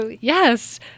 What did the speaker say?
yes